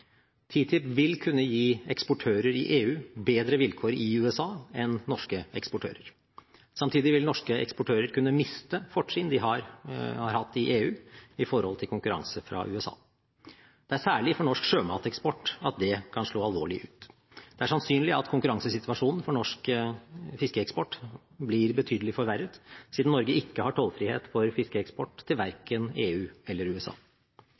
TTIP vil kunne gi eksportører i EU bedre vilkår i USA enn norske eksportører. Samtidig vil norske eksportører kunne miste fortrinn de har hatt i EU, med tanke på konkurranse fra USA. Det er særlig for norsk sjømateksport at det kan slå alvorlig ut. Det er sannsynlig at konkurransesituasjonen for norsk fiskeeksport blir betydelig forverret, siden Norge ikke har tollfrihet for fiskeeksport til verken EU eller USA.